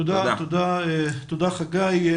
תודה, חגי.